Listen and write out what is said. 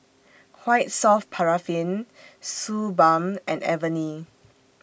White Soft Paraffin Suu Balm and Avene